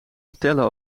vertellen